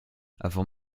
avant